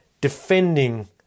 defending